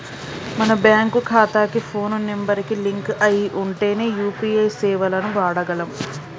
మన బ్యేంకు ఖాతాకి phone number కి లింక్ అయ్యి ఉంటేనే యూ.పీ.ఐ సేవలను వాడగలం